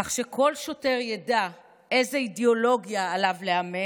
כך שכל שוטר יידע איזו אידיאולוגיה עליו לאמץ,